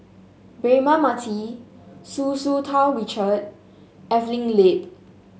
Braema Mathi Hu Tsu Tau Richard Evelyn Lip